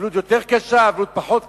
אבלות יותר קשה, אבלות פחות קשה.